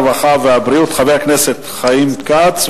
הרווחה והבריאות חבר הכנסת חיים כץ.